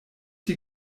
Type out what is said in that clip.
die